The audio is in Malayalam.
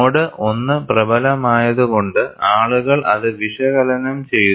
മോഡ് I പ്രബലമായത് കൊണ്ട് ആളുകൾ അത് വിശകലനം ചെയ്ത